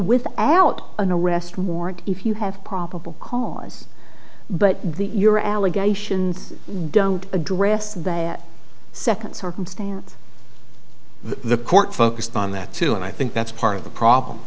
with out an arrest warrant if you have probable cause but the your allegations we don't address that second circumstance the court focused on that too and i think that's part of the problem